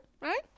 Right